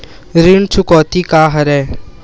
ऋण चुकौती का हरय?